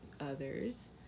others